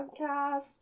podcast